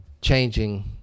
changing